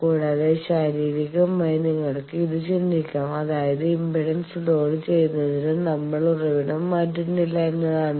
കൂടാതെ ശാരീരികമായി നിങ്ങൾക്ക് ഇത് ചിന്തിക്കാം അതായത് ഇംപെഡൻസ് ലോഡ് ചെയ്യുന്നതിന് നമ്മൾ ഉറവിടം മാറ്റുന്നില്ല എന്നതാണ്